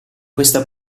questa